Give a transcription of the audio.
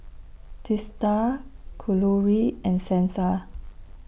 Teesta Kalluri and Santha